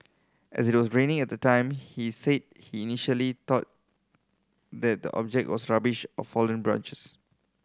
as it was raining at the time he said he initially thought that the object was rubbish or fallen branches